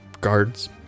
guards